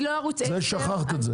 את זה שכחת.